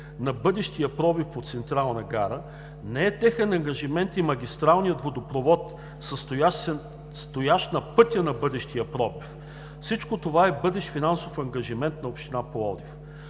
на бъдещия пробив под Централна гара. Не е техен ангажимент и магистралният водопровод, стоящ на пътя на бъдещия пробив. Всичко това е бъдещ финансов ангажимент на община Пловдив.